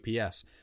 UPS